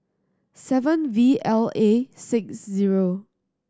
seven V L A six zero